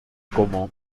como